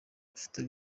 afite